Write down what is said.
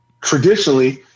traditionally